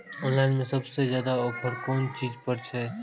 Online में सबसे ज्यादा ऑफर कोन चीज पर छे?